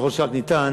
ככל שרק ניתן,